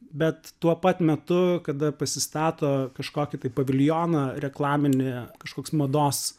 bet tuo pat metu kada pasistato kažkokį tai paviljoną reklaminį kažkoks mados